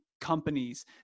companies